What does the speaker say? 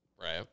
Right